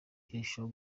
irushaho